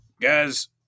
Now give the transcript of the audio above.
guys